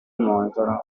monitor